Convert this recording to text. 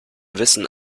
wissen